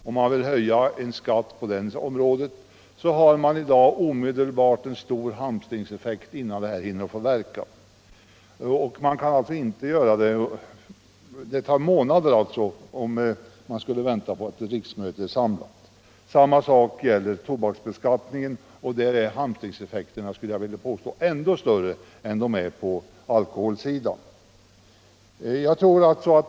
Det gäller ju att slippa ifrån den hamstring som annars sker under de månader som man skulle kunna få vänta innan riksmötet samlas. Samma sak gäller tobaksbeskattningen, och där är hamstringseffekten, skulle jag vilja påstå, ännu större än i fråga om alkoholen.